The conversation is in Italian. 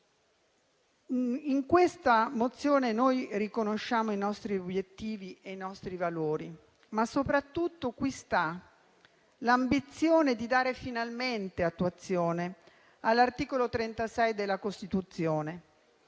In questa mozione riconosciamo i nostri obiettivi e i nostri valori, ma soprattutto qui sta l'ambizione di dare finalmente attuazione all'articolo 36 della Costituzione,